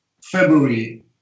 February